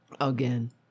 Again